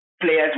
players